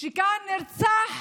שכאן נרצח